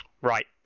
right